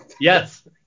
Yes